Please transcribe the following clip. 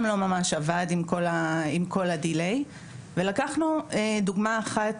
גם לא ממש עבד עם כל הדיליי ולקחנו דוגמה אחת,